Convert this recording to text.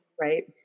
Right